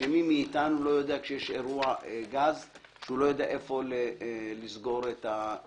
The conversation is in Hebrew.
שיש אירוע גז ומי מאתנו לא יודע לסגור את הברז,